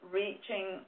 reaching